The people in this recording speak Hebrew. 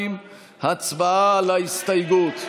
2. הצבעה על ההסתייגות.